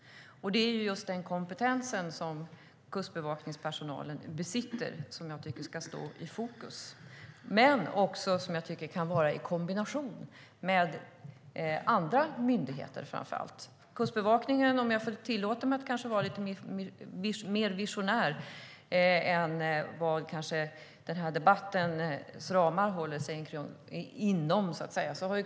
Det är just den kompetens som kustbevakningspersonalen besitter som jag tycker ska stå i fokus. Men den kan också vara i kombination med andra myndigheter, framför allt. Jag tillåter mig att vara lite mer visionär än vad den här debattens ramar kanske medger.